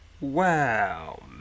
Wow